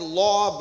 law